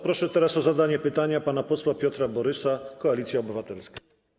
Proszę o zadanie pytania pana posła Piotra Borysa, Koalicja Obywatelska.